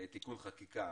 תיקון חקיקה.